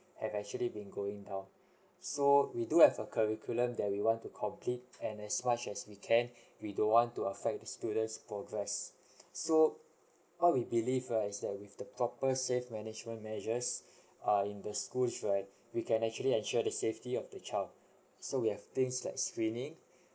have actually been going down so we do have a curriculum that we want to complete and as much as we can we don't want to effect the students progress so what we believe right is there with the proper safe management measures err in the schools right we can actually ensure the safety of the child so we have things like screening